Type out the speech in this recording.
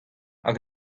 hag